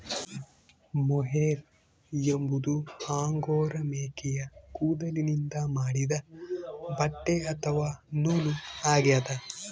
mohair ಎಂಬುದು Angora ಮೇಕೆಯ ಕೂದಲಿನಿಂದ ಮಾಡಿದ ಬಟ್ಟೆ ಅಥವಾ ನೂಲು ಆಗ್ಯದ